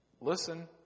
listen